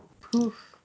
Poof